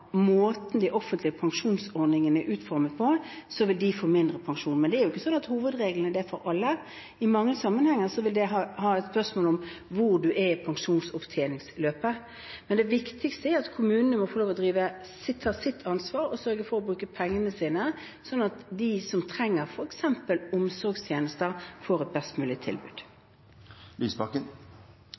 måten de offentlige pensjonsordningene er utformet på, vil få mindre pensjon. Men det er jo ikke sånn at det er hovedregelen for alle. I mange sammenhenger vil det være et spørsmål om hvor man er i pensjonsopptjeningsløpet. Men det viktigste er at kommunene må få lov til å ta sitt ansvar og sørge for å bruke pengene sine sånn at de som trenger f.eks. omsorgstjenester, får et best mulig